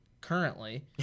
currently